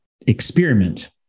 experiment